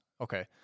okay